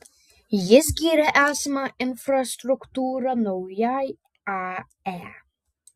jis gyrė esamą infrastruktūrą naujai ae